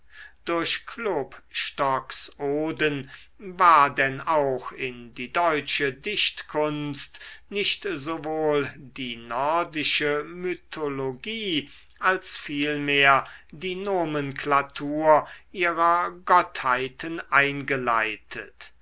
durch klopstocks oden war denn auch in die deutsche dichtkunst nicht sowohl die nordische mythologie als vielmehr die nomenklatur ihrer gottheiten eingeleitet